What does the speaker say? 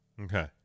Okay